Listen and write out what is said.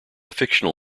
fictional